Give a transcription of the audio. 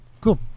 cool